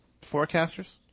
forecasters